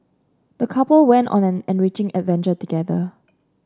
the couple went on an enriching adventure together